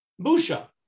busha